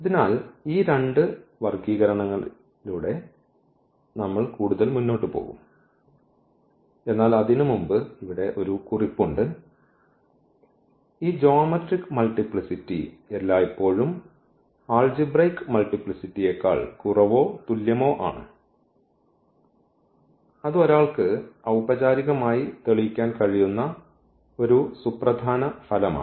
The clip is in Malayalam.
അതിനാൽ ഈ രണ്ട് വർഗ്ഗീകരണത്തിലൂടെ നമ്മൾ കൂടുതൽ മുന്നോട്ട് പോകും എന്നാൽ അതിനുമുമ്പ് ഇവിടെ ഒരു കുറിപ്പ് ഉണ്ട് ഈ ജ്യോമെട്രിക് മൾട്ടിപ്ലിസിറ്റി എല്ലായ്പ്പോഴും ആൾജിബ്രയ്ക് മൾട്ടിപ്ലിസിറ്റിയേക്കാൾ കുറവോ തുല്യമോ ആണ് അത് ഒരാൾക്ക് ഔപചാരികമായി തെളിയിക്കാൻ കഴിയുന്ന ഒരു സുപ്രധാന ഫലമാണ്